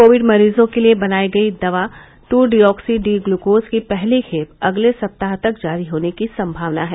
Covid मरीजों के लिए बनाई गई दवा टू डीओक्सी डी ग्लुकोज की पहली खेप अगले सप्ताह तक जारी होने की संभावना है